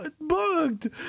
bugged